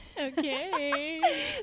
Okay